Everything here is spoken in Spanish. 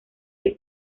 que